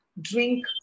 drink